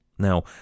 Now